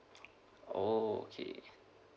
oh okay